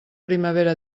primavera